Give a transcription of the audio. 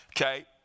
okay